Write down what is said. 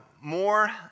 more